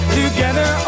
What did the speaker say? together